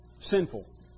sinful